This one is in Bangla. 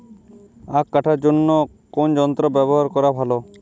আঁখ কাটার জন্য কোন যন্ত্র ব্যাবহার করা ভালো?